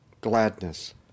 gladness